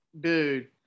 Dude